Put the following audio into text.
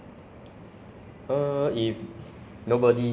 to the police station to the police to handle